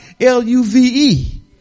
L-U-V-E